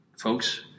folks